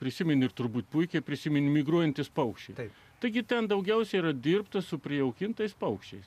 prisimeni turbūt puikiai prisiminė migruojantys paukščiai tai taigi ten daugiausiai yra dirbta su prijaukintais paukščiais